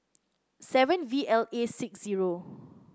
seven V L A six zero